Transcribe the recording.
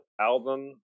album